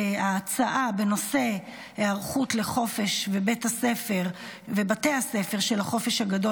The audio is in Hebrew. ההצעה בנושא: היערכות לחופש ובתי הספר של החופש הגדול